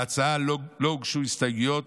להצעה לא הוגשו הסתייגויות,